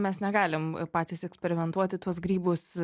mes negalim patys eksperimentuoti tuos grybus